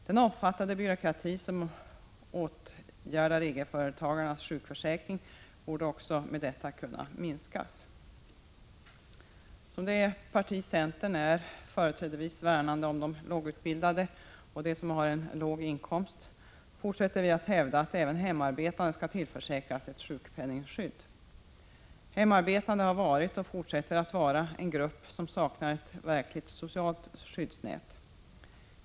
Den omfattande byråkrati som ägnas åt egenföretagarnas sjukförsäkring borde också härigenom kunna minskas. Som det parti centern är, företrädesvis värnande om de lågutbildade och dem som har en låg inkomst, fortsätter vi att hävda att även hemarbetande skall tillförsäkras ett sjukpenningskydd. Hemarbetande har varit och fortsätter att vara en grupp som saknar ett verkligt socialt skyddsnät.